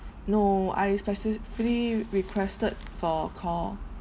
no I specifically requested for call